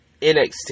NXT